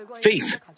faith